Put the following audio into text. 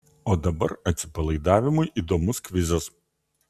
o dabar atsipalaidavimui įdomus kvizas